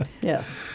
Yes